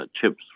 chips